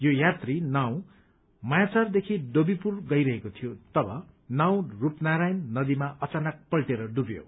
यो यात्री नाव मायाचारदेखि डोबीपूर गइरहेको थियो तब नाव रूपनारायण नदीमा अचानक पल्टिएर डुथ्यो